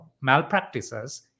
malpractices